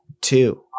two